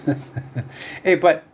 eh but